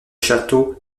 château